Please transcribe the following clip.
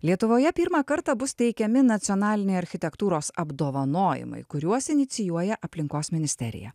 lietuvoje pirmą kartą bus teikiami nacionaliniai architektūros apdovanojimai kuriuos inicijuoja aplinkos ministerija